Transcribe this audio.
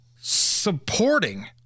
supporting